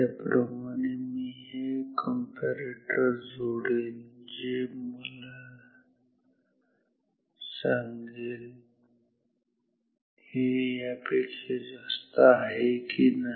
त्याचप्रमाणे मी हे कंपॅरेटर जोडेल जे मला सांगेल हे यापेक्षा जास्त आहे की नाही